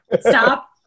stop